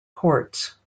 courts